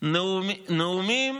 נאומים